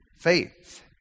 faith